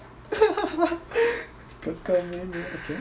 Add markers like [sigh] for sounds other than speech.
[laughs] 哥哥妹妹 okay